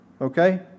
Okay